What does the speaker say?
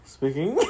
Speaking